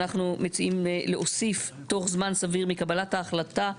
אנחנו מציעים להוסיף: "תוך זמן סביר מקבלת ההחלטה",